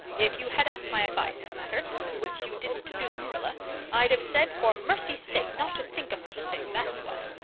if you had asked my advice in the matter which you didn't do, marilla i'd have said for mercy's sake not to think of such a thing, that's what.